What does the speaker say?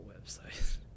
website